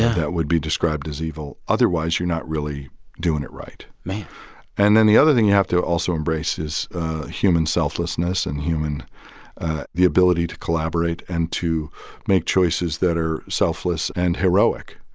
that would be described as evil. otherwise, you're not really doing it right man and the other thing you have to also embrace is human selflessness and human the ability to collaborate and to make choices that are selfless and heroic,